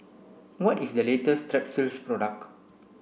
what is the latest Strepsils product